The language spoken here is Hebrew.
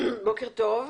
בוקר טוב,